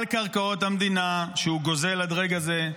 על קרקעות המדינה שהוא גוזל עד לרגע זה.